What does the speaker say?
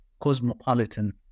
cosmopolitan